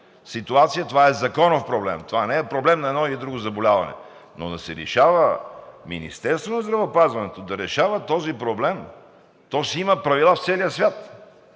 ситуация. Това е законов проблем. Това не е проблем на едно или друго заболяване, но да се лишава Министерството на здравеопазването да решава този проблем?! То си има правила в целия свят